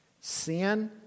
Sin